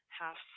half